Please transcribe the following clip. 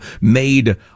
made